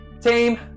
Team